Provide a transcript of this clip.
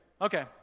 okay